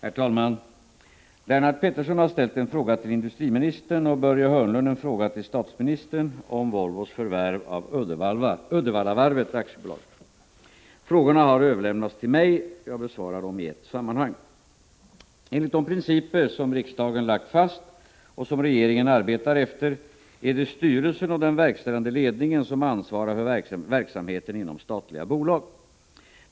Herr talman! Lennart Pettersson har ställt en fråga till industriministern och Börje Hörnlund en fråga till statsministern om Volvos förvärv av Uddevallavarvet AB. Frågorna har överlämnats till mig. Jag besvarar dem i ett sammanhang. Enligt de principer som riksdagen lagt fast och som regeringen arbetar efter är det styrelsen och den verkställande ledningen som ansvarar för verksamheten inom statliga bolag.